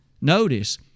Notice